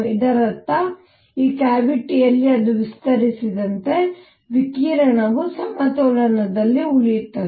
ಇದರರ್ಥ ಈ ಕ್ಯಾವಿಟಿಯಲ್ಲಿ ಅದು ವಿಸ್ತರಿಸಿದಂತೆ ವಿಕಿರಣವು ಸಮತೋಲನದಲ್ಲಿ ಉಳಿಯುತ್ತದೆ